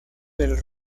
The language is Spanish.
del